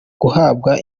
guhabwa